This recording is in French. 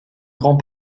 grand